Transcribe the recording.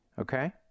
Okay